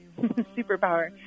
superpower